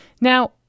Now